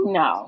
no